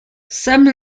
some